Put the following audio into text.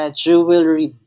jewelry